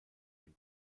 den